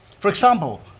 for example,